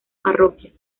parroquias